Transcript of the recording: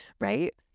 right